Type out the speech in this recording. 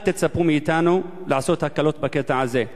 אל תצפו מאתנו לעשות הקלות בקטע הזה,